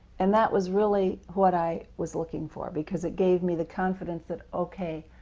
and that was really what i was looking for because it gave me the confidence that, okay,